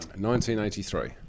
1983